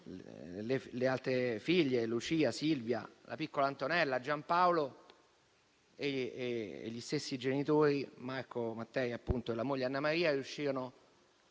le altre figlie, Lucia, Silvia, la piccola Antonella, Giampaolo e gli stessi genitori, Mario Mattei e la moglie Annamaria, riuscirono